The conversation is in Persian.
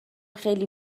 خیلی